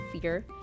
fear